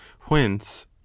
whence